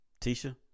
tisha